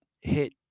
hit